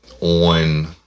on